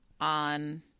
on